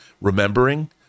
remembering